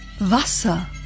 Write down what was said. Wasser